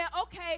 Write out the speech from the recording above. okay